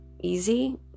easy